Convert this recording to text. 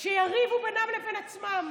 שיריבו בינם לבין עצמם.